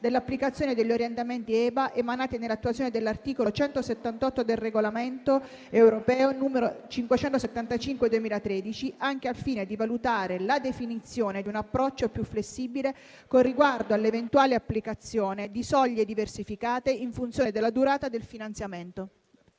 dell'applicazione degli orientamenti EBA emanati in attuazione dell'articolo 178 del Regolamento (UE) n. 575/2013, anche al fine di valutare la definizione di un approccio più flessibile con riguardo alla eventuale applicazione di soglie diversificate in funzione della durata del finanziamento.